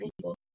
people